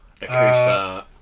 Akusa